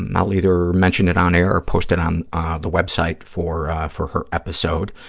i'll either mention it on air or post it on ah the web site for for her episode.